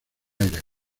aires